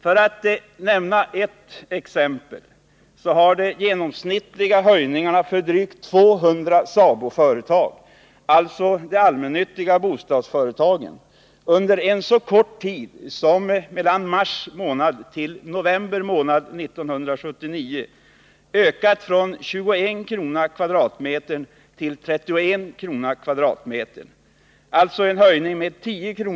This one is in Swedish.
För att nämna ett exempel, så har de genomsnittliga höjningarna för drygt 200 SABO-företag — alltså de allmännyttiga bostadsföretagen — under en så kort tid som från mars till november 1979 ökat från 21 kr. per kvadratmeter till 31 kr. per kvadratmeter — alltså en höjning med 10 kr.